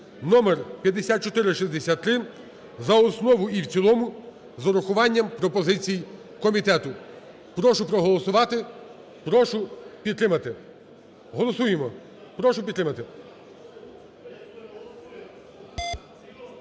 (№ 5463), за основу і в цілому з урахуванням пропозицій комітету. Прошу проголосувати, прошу підтримати. Голосуємо. Прошу підтримати.